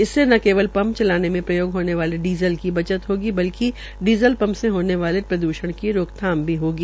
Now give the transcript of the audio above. इससे न केवल पंप चलाने में प्रयोग होने वाले डीजल की बचत होगी बल्कि डीजल पंप से होने वाले प्रदूषण की रोकथाम भी होगी